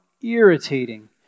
irritating